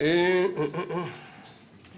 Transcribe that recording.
אמנם רק תחילת הדרך,